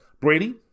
Brady